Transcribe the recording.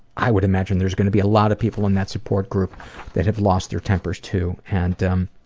i would imagine there's gonna be a lot of people in that support group that have lost their tempers too and, um,